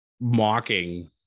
mocking